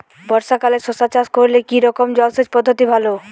বর্ষাকালে শশা চাষ করলে কি রকম জলসেচ পদ্ধতি ভালো?